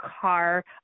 car